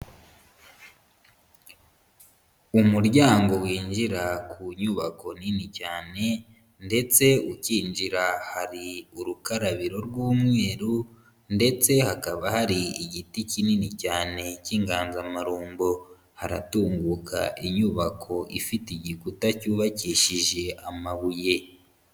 Umuryango winjira ku nyubako nini cyane ndetse ukinjira hari urukarabiro rw'umweru ndetse hakaba hari igiti kinini cyane k'inganzamarumbo, haratunguka inyubako ifite igikuta cyubakishije amabuye.